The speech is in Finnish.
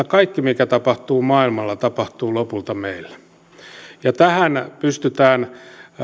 kaikki mikä tapahtuu maailmalla tapahtuu lopulta meillä ja tähän pystytään